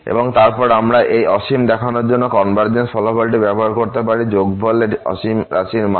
এবং তারপর আমরা এই অসীম দেখানোর জন্য কনভারজেন্স ফলাফল ব্যবহার করতে পারি যোগফল এই অসীম রাশির মান